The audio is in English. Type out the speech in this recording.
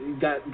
got